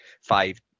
five